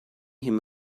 him